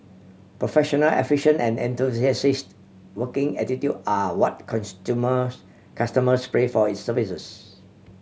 professional efficient and enthusiastic working attitude are what customers pray for its services